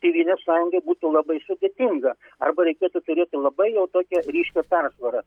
tėvynės sąjungai būtų labai sudėtinga arba reikėtų turėti labai jau tokią ryškią persvarą